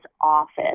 office